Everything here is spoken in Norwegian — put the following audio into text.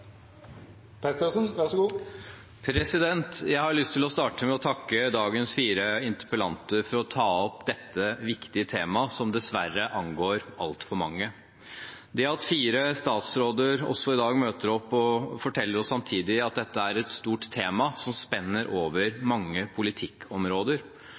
Jeg har lyst til å starte med å takke dagens fire interpellanter for å ta opp dette viktige temaet, som dessverre angår altfor mange. Det at fire statsråder møter opp i dag, forteller oss samtidig at dette er et stort tema som spenner